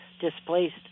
displaced